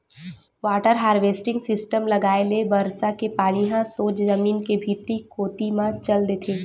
water harvesting system लगाए ले बरसा के पानी ह सोझ जमीन के भीतरी कोती म चल देथे